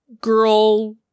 girl